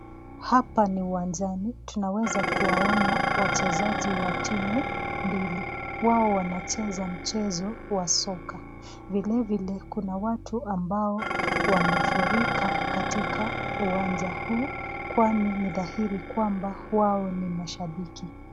Hapa ni uwanjani tunaweza kuwaona wachezaji wa timu mbili wao wanacheza mchezo wa soka vile vile kuna watu ambao wamefurika katika uwanja huu kwani nidhahiri kwamba wao ni mashabiki.